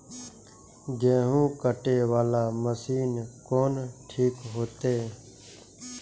गेहूं कटे वाला मशीन कोन ठीक होते?